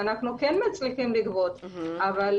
אנחנו כן מצליחים לגבות, אבל